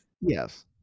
Yes